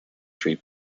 free